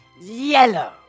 Yellow